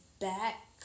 back